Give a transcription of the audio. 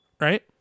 right